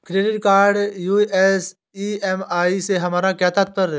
Credit card US EMI से हमारा क्या तात्पर्य है?